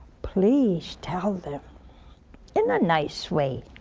please tell them in a nice way